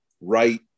right